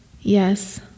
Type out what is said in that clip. yes